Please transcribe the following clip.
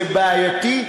זה בעייתי.